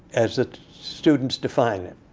as the students define it,